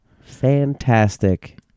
Fantastic